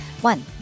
One